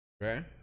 Right